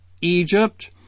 Egypt